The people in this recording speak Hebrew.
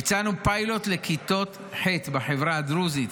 ביצענו פיילוט לכיתות ח' בחברה הדרוזית